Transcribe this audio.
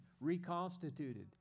reconstituted